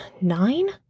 nine